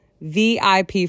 VIP